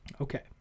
Okay